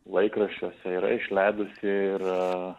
laikraščiuose yra išleidusi ir